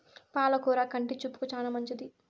పాల కూర కంటి చూపుకు చానా మంచిది